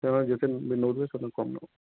ସେନ ଯେତେ ବି ନେଉଛେ ସେତେ କମ୍ ନେବୁ